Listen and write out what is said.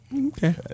Okay